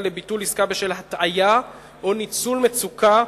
לביטול עסקה בשל הטעיה או ניצול מצוקה,